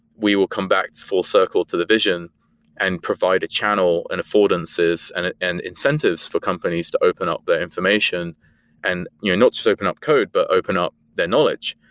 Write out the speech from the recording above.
we will come back full circle to the vision and provide a channel and affordances and and incentives for companies to open up their information and you know not not just open up code, but open up their knowledge.